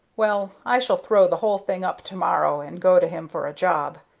well, i shall throw the whole thing up to-morrow and go to him for a job.